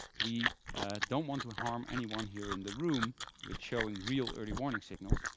we don't want to harm anyone here in the room with showing real early warning signals.